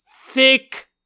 Thick